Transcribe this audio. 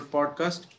Podcast